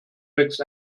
wächst